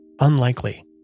Unlikely